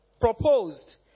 proposed